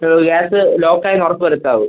gas ലോക്കായീന്ന് ഉറപ്പ് വരുത്താവൂ